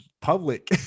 public